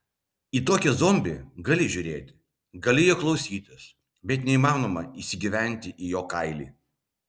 į tokį zombį gali žiūrėti gali jo klausytis bet neįmanoma įsigyventi į jo kailį